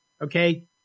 Okay